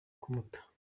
kumuta